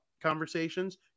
conversations